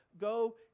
go